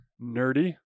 nerdy